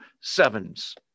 sevens